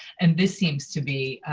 and this seems to be